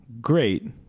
great